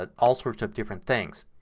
ah all sorts of different things.